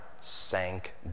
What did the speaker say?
sank